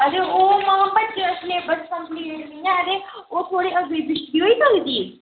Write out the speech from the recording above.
ते ओह् बच्चें दा सलेब्स कम्पलीट निं ऐ ते ओह् थोह्ड़े देई सकदे